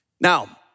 Now